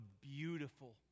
beautiful